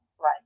Right